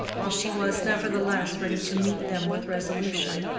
while she was, nevertheless, ready to meet them with resolution.